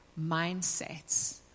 mindsets